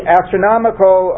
astronomical